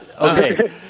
Okay